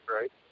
right